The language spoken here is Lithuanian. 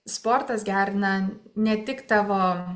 sportas gerina ne tik tavo